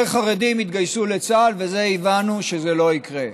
יותר חרדים יתגייסו לצה"ל, וזה, הבנו שלא יקרה.